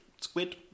squid